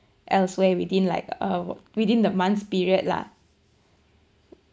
elsewhere within like uh within the month period lah